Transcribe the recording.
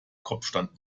kopfstand